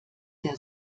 der